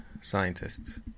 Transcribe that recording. scientists